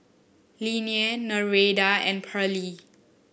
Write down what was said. Linnea Nereida and Pearle